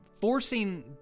forcing